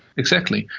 exactly.